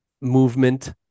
movement